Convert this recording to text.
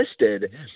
listed